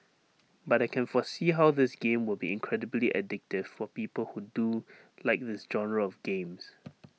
but I can foresee how this game will be incredibly addictive for people who do like this genre of games